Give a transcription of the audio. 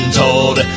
told